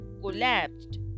collapsed